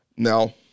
Now